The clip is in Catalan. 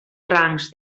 rangs